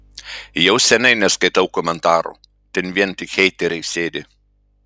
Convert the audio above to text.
jau seniai neskaitau komentarų ten vien tik heiteriai sėdi